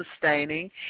sustaining